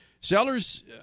sellers